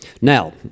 Now